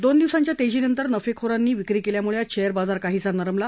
दोन दिवसांच्या तेजीनंतर नफेखोरांनी विक्री केल्याम्ळे आज शेअर बाजार काहीसा नरमला